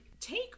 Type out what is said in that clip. take